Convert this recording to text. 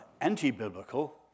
anti-biblical